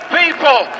people